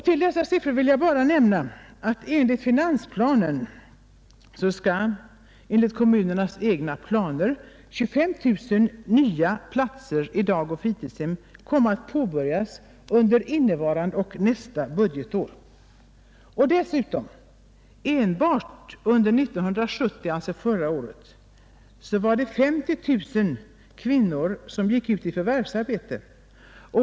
Till dessa siffror vill jag också nämna att enligt finansplanen, och enligt kommunernas egna planer, 25 000 nya platser i dagoch fritidshem kommer att påbörjas under innevarande och nästa budgetår. Enbart under 1970 var det 50 000 kvinnor som gick ut i förvärvsarbete.